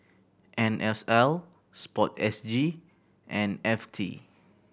N S L Sport S G and F T